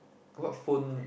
what phone